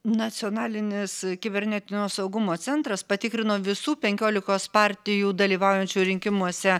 nacionalinis kibernetinio saugumo centras patikrino visų penkiolikos partijų dalyvaujančių rinkimuose